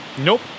Nope